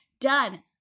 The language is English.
done